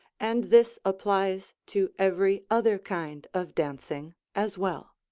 and this applies to every other kind of dancing as well.